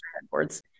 headboards